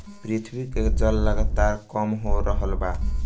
पृथ्वी के जल लगातार कम हो रहल बा